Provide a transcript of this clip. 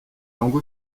langues